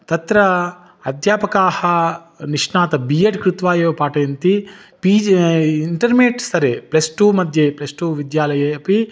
तत्र अध्यापकाः निष्णाताः बि एड् कृत्वा एव पाठयन्ति पी जा इन्टर्मेट् स्तरे प्लस् टु मध्ये प्लस् टु विद्यालये अपि